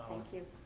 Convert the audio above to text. thank you.